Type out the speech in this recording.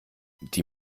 die